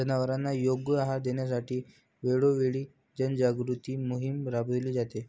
जनावरांना योग्य आहार देण्यासाठी वेळोवेळी जनजागृती मोहीम राबविली जाते